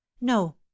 no